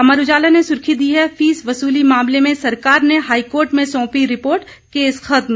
अमर उजाला ने सुर्खी दी है फीस वसूली मामले में सरकार ने हाईकोर्ट में सौंपी रिपोर्ट केस खत्म